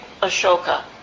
Ashoka